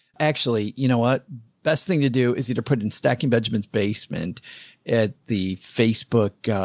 actually, you know, what best thing to do is he to put it in stacking benjamins basement at the facebook,